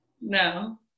No